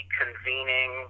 convening